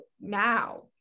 now